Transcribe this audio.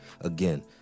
again